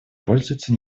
пользуется